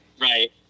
Right